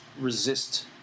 resist